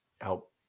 help